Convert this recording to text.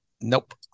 nope